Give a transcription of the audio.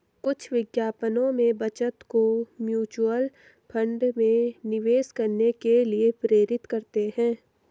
कुछ विज्ञापनों में बचत को म्यूचुअल फंड में निवेश करने के लिए प्रेरित करते हैं